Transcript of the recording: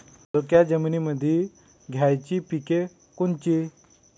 हलक्या जमीनीमंदी घ्यायची पिके कोनची?